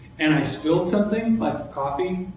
and i spilled something, like coffee,